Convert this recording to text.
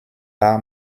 par